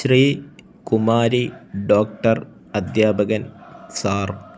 Shri Kumari doctor അദ്ധ്യാപകൻ sir